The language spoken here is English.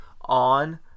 on